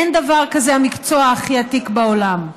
אין דבר כזה המקצוע הכי עתיק בעולם.